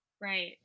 Right